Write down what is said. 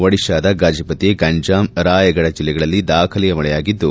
ಒಡಿಶಾದ ಗಜಪತಿ ಗಂಜಾಮ್ ರಾಯಫಡ ಜಲ್ಲೆಗಳಲ್ಲಿ ದಾಖಲೆಯ ಮಳೆಯಾಗಿದ್ದು